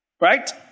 Right